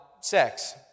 sex